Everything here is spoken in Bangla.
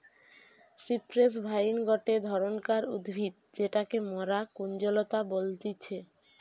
সিপ্রেস ভাইন গটে ধরণকার উদ্ভিদ যেটাকে মরা কুঞ্জলতা বলতিছে